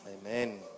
Amen